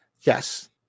Yes